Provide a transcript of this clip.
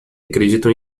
acreditam